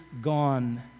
gone